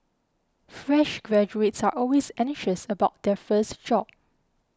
fresh graduates are always anxious about their first job